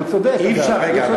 הוא צודק, אגב.